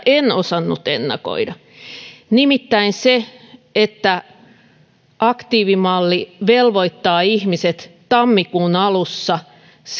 en osannut ennakoida nimittäin se että aktiivimalli velvoittaa ihmiset tammikuun alussa